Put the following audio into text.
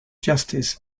justice